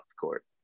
court